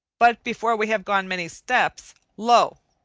but before we have gone many steps, lo!